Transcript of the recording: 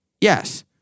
Yes